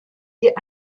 die